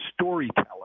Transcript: storyteller